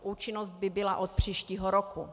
Účinnost by byla od příštího roku.